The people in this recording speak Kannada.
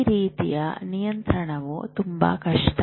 ಈ ರೀತಿಯ ನಿಯಂತ್ರಣವು ತುಂಬಾ ಕಷ್ಟ